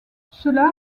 cela